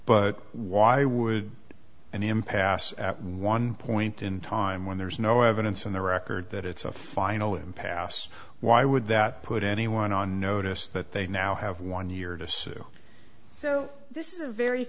but why would an impasse at one point in time when there's no evidence in the record that it's a final impasse why would that put anyone on notice that they now have one year to say so this is a very